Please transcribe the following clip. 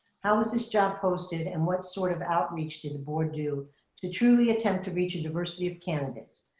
how was this job posted, and what sort of outreach did the board do to truly attempt to reach a diversity of candidates?